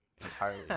entirely